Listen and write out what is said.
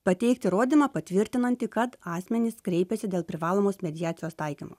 pateikti įrodymą patvirtinantį kad asmenys kreipiasi dėl privalomos mediacijos taikymo